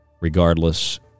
regardless